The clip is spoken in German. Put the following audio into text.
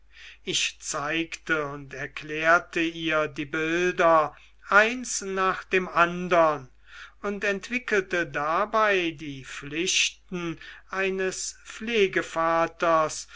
ich zeigte und erklärte ihr die bilder eins nach dem andern und entwickelte dabei die pflichten eines